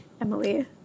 Emily